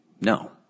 no